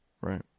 Right